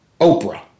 Oprah